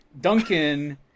Duncan